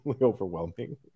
overwhelming